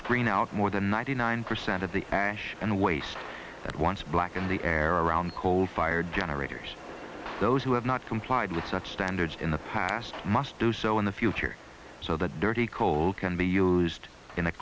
screen out more than ninety nine percent of the ashes and waste that once blackened the air around coal fired generators those who have not complied with such standards in the past must do so in the future so that dirty coal can be used in a